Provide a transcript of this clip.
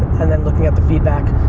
and then looking up the feedback.